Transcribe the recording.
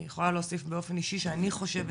אני יכולה להוסיף באופן אישי שאני חושבת